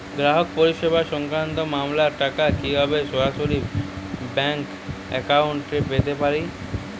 গ্রাহক পরিষেবা সংক্রান্ত মামলার টাকা কীভাবে সরাসরি ব্যাংক অ্যাকাউন্টে পেতে পারি?